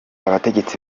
abategetsi